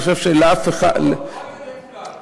אני חושב שלאף אחד, לא על-ידי כולם.